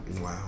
Wow